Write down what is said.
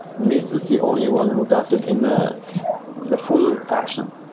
mist is the only one who does it in the the full fashion.